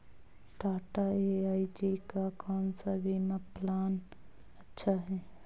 Tata AIG का कौन सा बीमा प्लान अच्छा है?